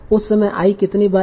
उस समय i कितनी बार आया